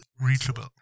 reachable